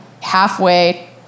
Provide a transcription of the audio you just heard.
halfway